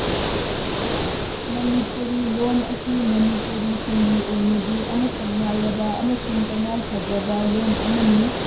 ꯃꯅꯤꯄꯨꯔꯤ ꯂꯣꯜ ꯑꯁꯤ ꯃꯅꯤꯄꯨꯔꯤꯁꯤꯡꯒꯤ ꯑꯣꯏꯅꯗꯤ ꯑꯃꯠꯇ ꯉꯥꯏꯔꯕ ꯑꯃꯁꯨꯡ ꯇꯉꯥꯏꯐꯗ꯭ꯔꯕ ꯂꯣꯜ ꯑꯃꯅꯤ